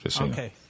Okay